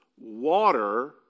Water